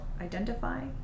identify